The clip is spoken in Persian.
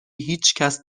هیچکس